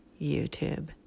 YouTube